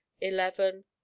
eleven